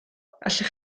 allech